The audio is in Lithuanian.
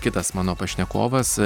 kitas mano pašnekovas